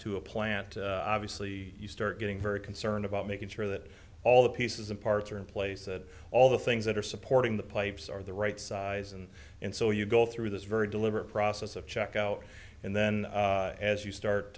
to a plant obviously you start getting very concerned about making sure that all the pieces and parts are in place that all the things that are supporting the pipes are the right size and and so you go through this very deliberate process of checkout and then as you start